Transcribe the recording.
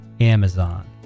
Amazon